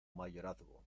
mayorazgo